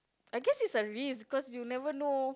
I guess it's a risk cause you never know